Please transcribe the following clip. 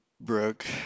brooke